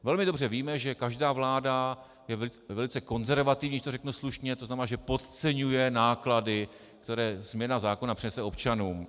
Velmi dobře víme, že každá vláda je velice konzervativní, když to řeknu slušně, to znamená, že podceňuje náklady, které změna zákona přinese občanům.